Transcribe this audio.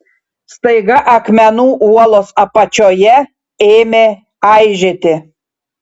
staiga akmenų uolos apačioje ėmė aižėti